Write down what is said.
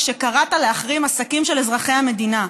כשקראת להחרים עסקים של אזרחי המדינה.